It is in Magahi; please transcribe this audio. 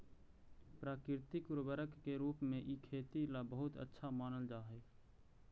प्राकृतिक उर्वरक के रूप में इ खेती ला बहुत अच्छा मानल जा हई